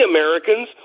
Americans